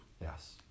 Yes